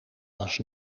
was